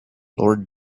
lord